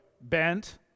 bent